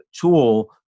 tool